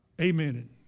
Amen